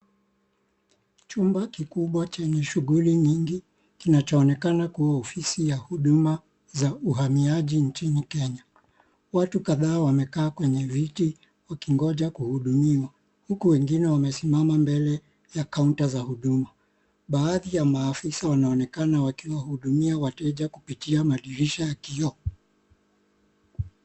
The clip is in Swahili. Chumba kikubwa chenye shughuli nyingi kinachoonekana kuwa ofisi ya huduma za uhamiaji nchini Kenya. Watu kadhaa wamekaa kwenye viti wakingoja kuhudumiwa huku wengine wamesimama mbele ya kaunta za huduma. Baadhi ya maafisa wanaonekana wakiwahudumia wateja kwa kupitia dirisha ya kioo.